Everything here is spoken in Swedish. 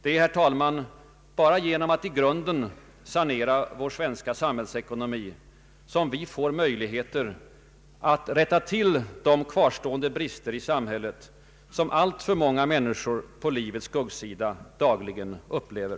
Det är, herr talman, blott genom att i grunden sanera vår svenska samhällsekonomi som vi får möjligheter att rätta till de kvarstående brister i samhället, som alltför många människor på livets skuggsida dagligen upplever.